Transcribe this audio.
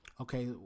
okay